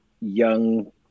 young